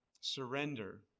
Surrender